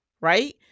right